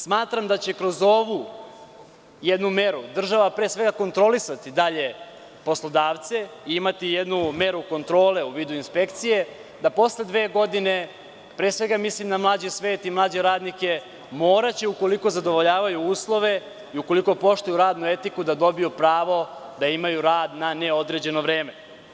Smatram da će kroz ovu jednu meru država pre svega kontrolisati dalje poslodavce i imati jednu meru kontrole u vidu inspekcije, da posle dve godine, pre svega mislim na mlađi svet i mlađe radnike, moraće ukoliko zadovoljavaju uslove i ukoliko poštuju radnu etiku da dobiju pravo da imaju rad na neodređeno vreme.